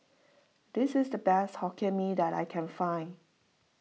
this is the best Hokkien Mee that I can find